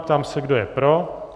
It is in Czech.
Ptám se, kdo je pro.